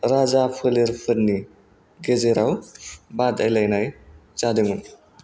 राजाफोलेरफोरनि गेजेराव बादायलायनाय जादोंमोन